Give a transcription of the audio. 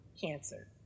cancer